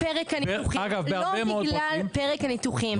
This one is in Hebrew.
לא בגלל פרק הניתוחים.